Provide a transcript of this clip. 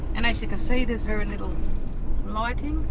and as you can see, there's very little lighting,